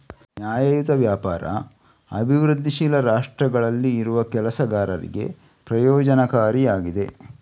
ನ್ಯಾಯಯುತ ವ್ಯಾಪಾರ ಅಭಿವೃದ್ಧಿಶೀಲ ರಾಷ್ಟ್ರಗಳಲ್ಲಿ ಇರುವ ಕೆಲಸಗಾರರಿಗೆ ಪ್ರಯೋಜನಕಾರಿ ಆಗಿದೆ